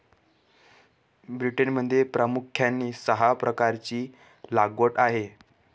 ब्रिटनमध्ये प्रामुख्याने सहा प्रकारची लागवड आहे